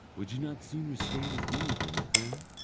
would you not sooner stay with me than with them?